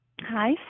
Hi